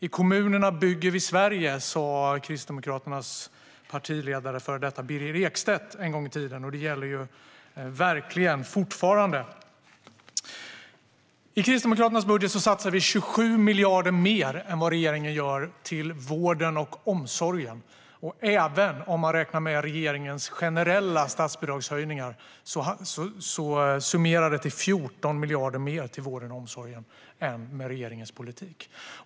I kommunerna bygger vi Sverige, sa Kristdemokraternas före detta partiledare Birger Ekstedt en gång i tiden, och det gäller verkligen fortfarande. I Kristdemokraternas budget satsar vi 27 miljarder mer på vården och omsorgen än vad regeringen gör. Om vi räknar med regeringens generella statsbidragshöjningar summerar vi det till 14 miljarder mer till vården och omsorgen än med regeringens politik.